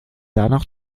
danach